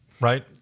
Right